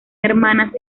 hermanas